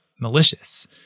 malicious